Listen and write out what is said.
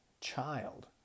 child